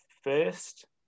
first